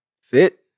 Fit